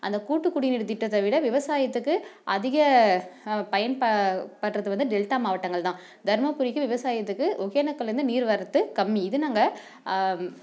அந்த கூட்டு குடிநீர் திட்டத்தை விட விவசாயத்துக்கு அதிக பயன் ப படுகிறது வந்து டெல்டா மாவட்டங்கள் தான் தருமபுரிக்கு விவசாயத்துக்கு ஒகேனக்கல்லிருந்து நீர் வரத்து கம்மி இதை நாங்கள்